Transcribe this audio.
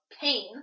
pain